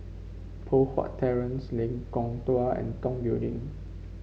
Poh Huat Terrace Lengkong Dua and Tong Building